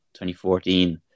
2014